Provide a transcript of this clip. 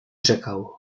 czekał